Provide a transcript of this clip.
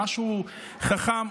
משהו חכם.